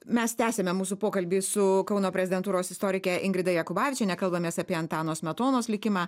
mes tęsiame mūsų pokalbį su kauno prezidentūros istorike ingrida jakubavičiene kalbamės apie antano smetonos likimą